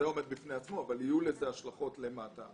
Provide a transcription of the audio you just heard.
שיהיו לזה השלכות למטה,